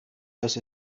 dass